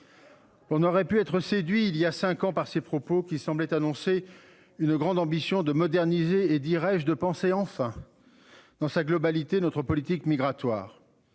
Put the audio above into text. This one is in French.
On aurait pu être séduit. Il y a 5 ans par ses propos qui semblaient annoncer une grande ambition de moderniser et, dirais-je, de penser enfin. Dans sa globalité. Notre politique migratoire.